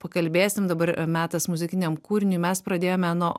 pakalbėsim dabar metas muzikiniam kūriniui mes pradėjome nuo